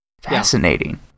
Fascinating